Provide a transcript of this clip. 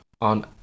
on